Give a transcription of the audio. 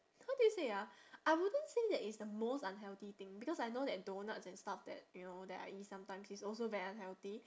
how do you say ah I wouldn't say that it's the most unhealthy thing because I know that donuts and stuff that you know that I eat sometimes is also very unhealthy